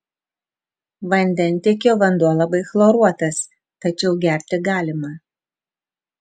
vandentiekio vanduo labai chloruotas tačiau gerti galima